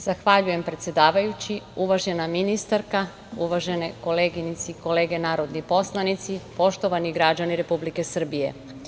Zahvaljujem predsedavajući, uvažena ministarka, uvažene koleginice i kolege narodni poslanici, poštovani građani Republike Srbije.